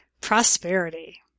prosperity